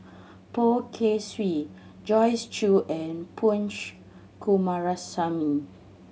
Poh Kay Swee Joyce Jue and Punch Coomaraswamy